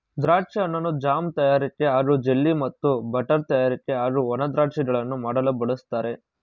ದ್ರಾಕ್ಷಿ ಹಣ್ಣನ್ನು ಜಾಮ್ ತಯಾರಿಕೆ ಹಾಗೂ ಜೆಲ್ಲಿ ಮತ್ತು ಬಟರ್ ತಯಾರಿಕೆ ಹಾಗೂ ಒಣ ದ್ರಾಕ್ಷಿಗಳನ್ನು ಮಾಡಲು ಬಳಸ್ತಾರೆ